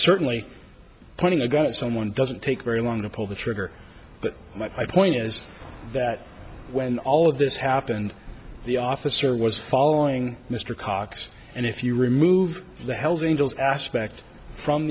certainly pointing a gun at someone doesn't take very long to pull the trigger but my point is that when all of this happened the officer was following mr cox and if you remove the hells angels aspect from